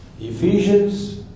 Ephesians